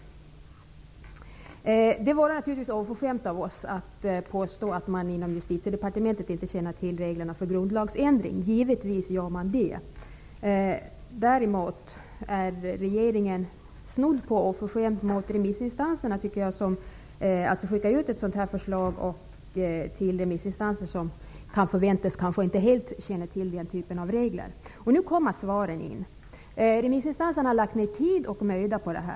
Det vore naturligtvis oförskämt av oss att påstå att man inom Justitiedepartementet inte känner till reglerna för grundlagsändring. Givetvis gör man det. Däremot är regeringen snudd på oförskämd mot remissinstanserna när den skickar ut ett sådant här förslag till remissinstanser som kan förväntas inte helt känna till den typen av regler. Nu kommer svaren in. Remissinstanserna har lagt ner tid och möda på detta.